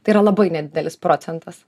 tai yra labai nedidelis procentas